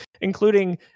including